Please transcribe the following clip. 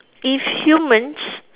if humans